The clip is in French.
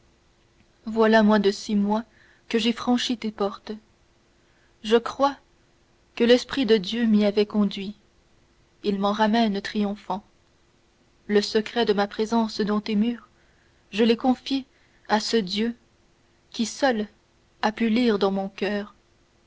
voilà moins de six mois que j'ai franchi tes portes je crois que l'esprit de dieu m'y avait conduit il m'en ramène triomphant le secret de ma présence dans tes murs je l'ai confié à ce dieu qui seul a pu lire dans mon coeur